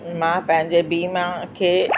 मां पंहिंजे वीमा खे